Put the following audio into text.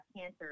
cancer